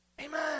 Amen